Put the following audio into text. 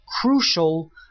crucial